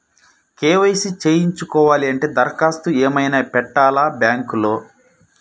KYC చేయించుకోవాలి అంటే దరఖాస్తు ఏమయినా పెట్టాలా బ్యాంకులో?